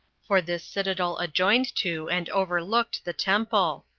for this citadel adjoined to and overlooked the temple.